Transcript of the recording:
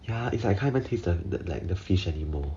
ya it's like can't even taste the like the fish anymore